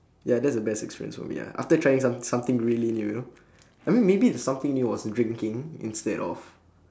ya that's the best experience for me ah after trying some~ something really new you know I mean maybe if something new was drinking instead of